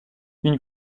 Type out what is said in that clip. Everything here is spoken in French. une